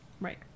Right